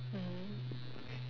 mmhmm